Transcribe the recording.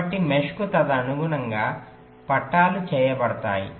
కాబట్టి మెష్కు తదనుగుణంగా పట్టాలు చేయబడతాయి